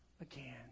again